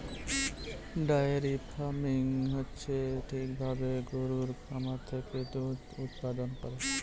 diary farming হচ্ছে ঠিক ভাবে গরুর খামার থেকে দুধ উৎপাদান করা